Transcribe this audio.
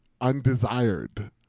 undesired